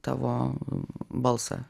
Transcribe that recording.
tavo balsą